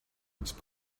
its